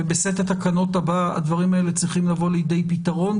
בסט התקנות הבא הדברים האלה צריכים לבוא לידי פתרון,